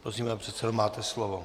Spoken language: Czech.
Prosím, pane předsedo, máte slovo.